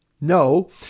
No